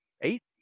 eight